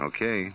Okay